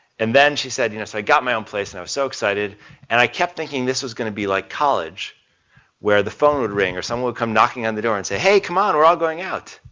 and then she said you know so, i got my own place and i was so excited and i kept thinking this was going to be like college where the phone would ring or someone would come knocking on the door and say hey come on we're all going out'